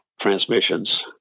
Transmissions